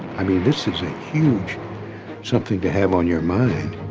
i mean this is a huge something to have on your mind.